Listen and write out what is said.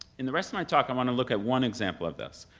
in the rest of my talk i want to look at one example of this,